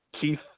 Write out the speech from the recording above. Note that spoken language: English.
Keith